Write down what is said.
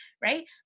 right